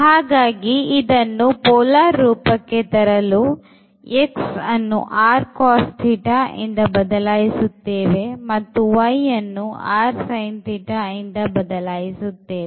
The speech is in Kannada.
ಹಾಗಾಗಿ ಇದನ್ನು polar ರೂಪಕ್ಕೆ ತರಲು x ಅನ್ನು ಇಂದ ಬದಲಾಯಿಸುತ್ತೇವೆ ಮತ್ತು y ಅನ್ನು ಇಂದ ಬದಲಾಯಿಸುತ್ತೇವೆ